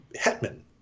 Hetman